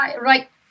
Right